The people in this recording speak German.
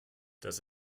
das